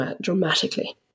dramatically